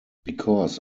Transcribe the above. because